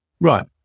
Right